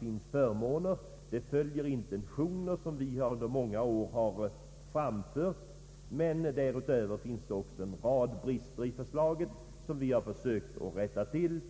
Skatteförslaget följer intentioner som vi under många år har framfört. Men det finns också en rad brister i förslaget som vi har försökt rätta till